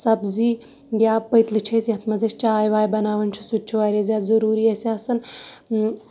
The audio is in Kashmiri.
سَبزی یا پٔتلہٕ چھی أسۍ یَتھ منٛز أسۍ چاے واے بناون چھِ سُہ تہِ چھُ اَسہِ واریاہ زیادٕ ضروری اَسہِ آسان